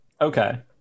okay